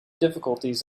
difficulties